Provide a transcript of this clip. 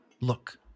look